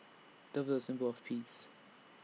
doves are A symbol of peace